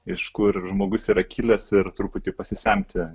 iš kur žmogus yra kilęs ir truputį pasisemti